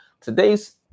today's